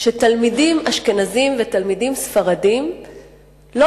שתלמידים אשכנזים ותלמידים ספרדים לא